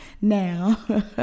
Now